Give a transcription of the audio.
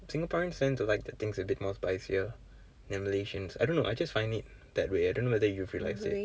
singaporeans tend to like the things a bit more spicier than malaysians I don't know I just find it that way I don't know whether you've realised it